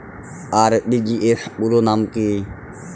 RTGS পুরো নাম কি?